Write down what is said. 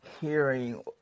hearing